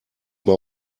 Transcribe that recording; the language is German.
mal